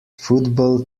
football